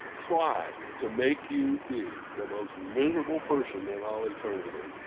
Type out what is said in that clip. try to make you be the most miserable person in all eternity